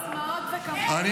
סיסמאות, מי עוצר אותך?